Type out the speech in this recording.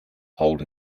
hold